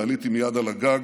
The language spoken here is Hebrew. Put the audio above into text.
ועליתי מייד על הגג.